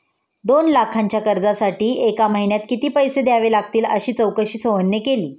दोन लाखांच्या कर्जासाठी एका महिन्यात किती पैसे द्यावे लागतील अशी चौकशी सोहनने केली